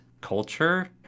culture